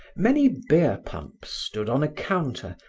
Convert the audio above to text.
many beer pumps stood on a counter,